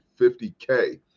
50k